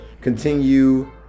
continue